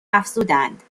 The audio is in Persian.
افزودند